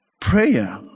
Prayer